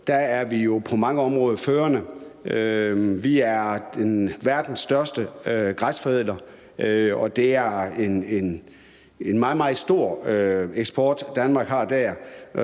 autorisation på det her område. Vi er verdens største græsforædler, og det er en meget, meget stor eksport, som Danmark har der.